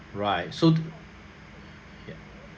right so ya